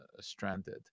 stranded